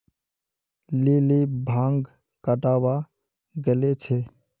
lily भांग कटावा गले छे